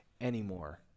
anymore